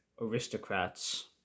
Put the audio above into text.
aristocrats